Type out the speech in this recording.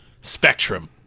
spectrum